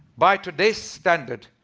by today's standard.